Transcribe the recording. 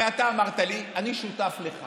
הרי אתה אמרת לי: אני שותף לך